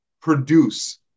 produce